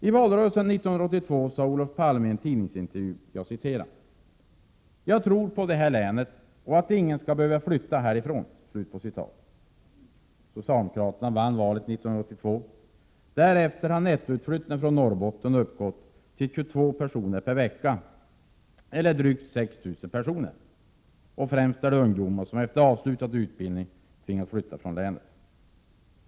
I valrörelsen 1982 sade Olof Palme i en tidningsintervju: ”Jag tror på det här länet och att ingen ska behöva flytta härifrån.” Socialdemokraterna vann valet 1982. Därefter har nettoutflyttningen från Norrbotten uppgått till 22 personer per vecka, eller totalt drygt 6 000 personer. Främst är det ungdomar som efter avslutad utbildning tvingats flytta från länet.